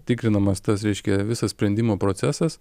tikrinamas tas reiškia visas sprendimo procesas